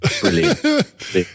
Brilliant